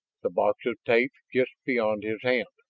the box of tapes just beyond his hand.